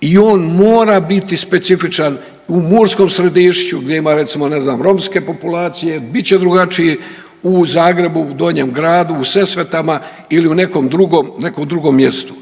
i on mora biti specifičan u Murskom Središću gdje ima recimo ne znam romske populacije, bit će drugačiji u Zagrebu u Donjem gradu, u Sesvetama ili u nekom drugom, nekom drugom mjestu.